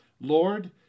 Lord